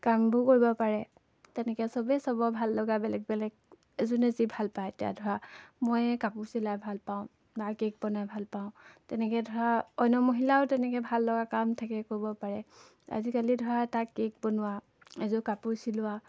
কামবোৰ কৰিব পাৰে তেনেকৈ চবেই চবৰে ভাল লগা বেলেগ বেলেগ এজনীয়ে যি ভাল পায় এতিয়া ধৰা মই কাপোৰ চিলাই ভালপাওঁ বা কেক বনাই ভালপাওঁ তেনেকৈ ধৰা অন্য মহিলাৰো তেনেকৈ ভাল লগা কাম থাকে কৰিব পাৰে আজিকালি ধৰা এটা কেক বনোৱা এযোৰ কাপোৰ চিলোৱা